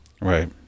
Right